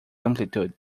amplitude